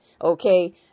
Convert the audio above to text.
okay